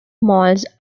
malls